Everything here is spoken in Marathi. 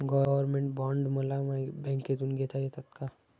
गव्हर्नमेंट बॉण्ड मला बँकेमधून घेता येतात का?